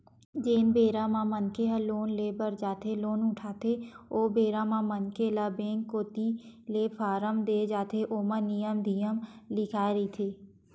जेन बेरा मनखे ह लोन ले बर जाथे लोन उठाथे ओ बेरा म मनखे ल बेंक कोती ले फारम देय जाथे ओमा नियम धियम लिखाए रहिथे